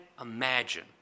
imagine